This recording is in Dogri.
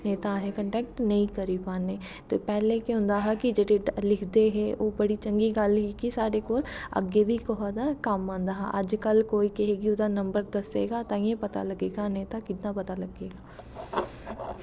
नेई तां अस कंटैक्ट नेई करी पान्नें पैह्लें केह् होंदा हा कि जेह्ड़े लिखदे हे ओह् बड़ी चंगी गल ही साढ़े कोल अग्गैं बी कुसे दा कम्म आंदा हा अज कल कोई कुसेगी ओह्दा नंबर पता लग्गे गा नेंई तां कियां पता लग्गे गा